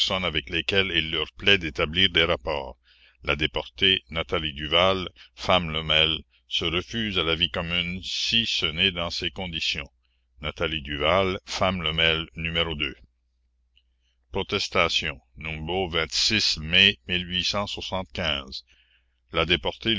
avec lesquelles il leur plaît d'établir des rapports la déportée nathalie duval femme lemel se refuse à la vie commune si ce n'est dans ces conditions a ta uval e le au umbo mai a déportée